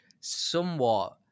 somewhat